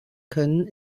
können